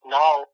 now